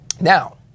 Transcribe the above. Now